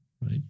Right